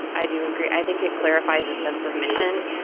i do agree. i think it clarifies a sense of mission